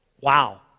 Wow